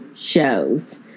shows